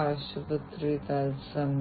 അഭാവം ഇതൊരു പുതിയ സാങ്കേതികവിദ്യയാണ്